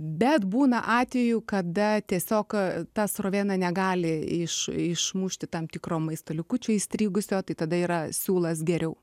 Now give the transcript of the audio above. bet būna atvejų kada tiesiog ta srovė na negali iš išmušti tam tikro maisto likučių įstrigusio tai tada yra siūlas geriau